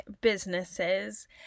businesses